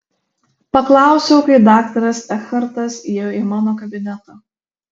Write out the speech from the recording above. paklausiau kai daktaras ekhartas įėjo į mano kabinetą